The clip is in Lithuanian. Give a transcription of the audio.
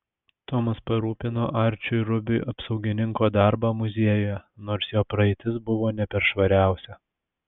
tomas parūpino arčiui rubiui apsaugininko darbą muziejuje nors jo praeitis buvo ne per švariausia